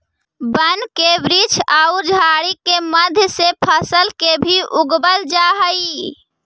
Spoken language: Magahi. वन के वृक्ष औउर झाड़ि के मध्य से फसल के भी उगवल जा हई